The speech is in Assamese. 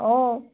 অঁ